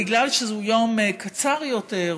בגלל שהוא יום קצר יותר,